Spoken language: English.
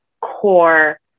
core